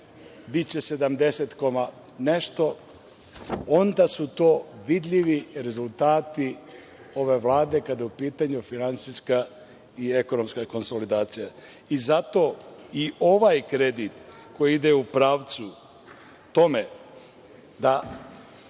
biće 70 koma nešto, onda su to vidljivi rezultati ove Vlade kada je u pitanju finansijska i ekonomska konsolidacija. Zato i ovaj kredit koji ide u pravcu tome da